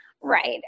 right